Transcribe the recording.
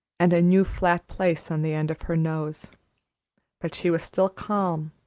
and a new flat place on the end of her nose but she was still calm,